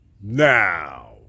Now